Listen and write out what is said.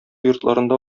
йортларында